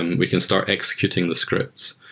and we can start executing the scripts.